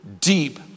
deep